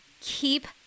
keep